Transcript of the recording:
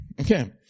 Okay